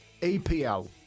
EPL